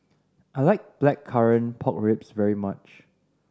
I like Blackcurrant Pork Ribs very much